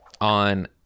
On